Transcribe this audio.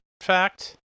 fact